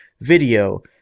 video